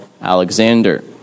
Alexander